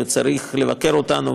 וצריך לבקר אותנו,